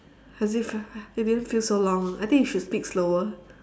as if it didn't feel so long I think you should speak slower